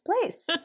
place